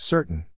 Certain